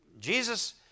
Jesus